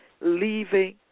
leaving